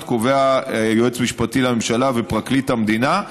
קובע יועץ משפטי לממשלה ופרקליט המדינה.